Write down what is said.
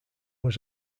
was